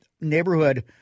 Neighborhood